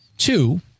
Two